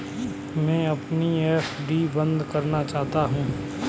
मैं अपनी एफ.डी बंद करना चाहता हूँ